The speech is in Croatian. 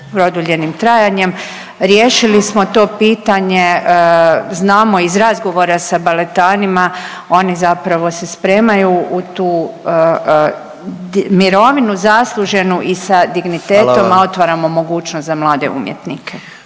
produljenim trajanjem. Riješili smo to pitanje, znamo iz razgovora sa baletanima oni zapravo se spremaju u tu mirovinu zasluženu i sa dignitetom …/Upadica: Hvala vam./… a otvaramo mogućnost za mlade umjetnike.